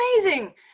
amazing